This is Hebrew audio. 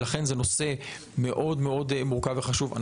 לכן זה נושא מאד מאד מורכב וחשוב.